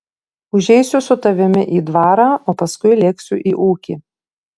užeisiu su tavimi į dvarą o paskui lėksiu į ūkį